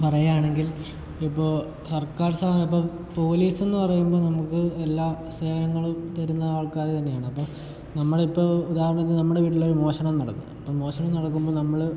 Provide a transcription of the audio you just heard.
പറയുകയാണെങ്കിൽ ഇപ്പോൾ സർക്കാർ സ്ഥാ ഇപ്പം പോലീസെന്ന് പറയുമ്പം നമുക്ക് എല്ലാ സേവനങ്ങളും തരുന്ന ആൾക്കാർ തന്നെയാണ് ഇപ്പം നമ്മളിപ്പോൾ ഉദാഹരണത്തിന് നമ്മുടെ വീട്ടിലൊരു മോഷണം നടക്കുന്നു അപ്പം മോഷണം നടക്കുമ്പോൾ നമ്മൾ